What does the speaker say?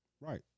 Right